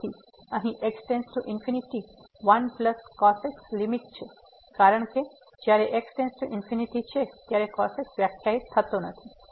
તેથી અહીં x→∞1cos x limit છે કારણ કે જયારે x→∞ છે ત્યારે cos x વ્યાખ્યાયિત નથી